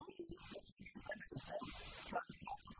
ואז יוצא בעצם שהמחלוקת